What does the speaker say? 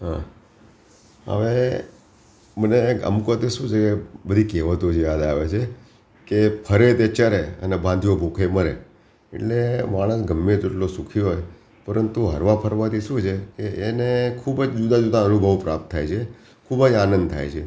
હં હવે મને અમુકવાર તો શું છે બધી કહેવતો જ યાદ આવે છે કે ફરે તે ચારે અને બાંધ્યો ભૂખે મરે એટલે માણસ ગમે તેટલો સુખી હોય પરંતુ હરવા ફરવાથી શું છે એ એને ખૂબ જ જુદા જુદા અનુભવ પ્રાપ્ત થાય છે ખૂબ જ આનંદ થાય છે